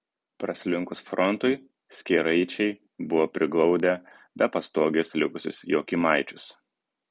praslinkus frontui skėraičiai buvo priglaudę be pastogės likusius jokymaičius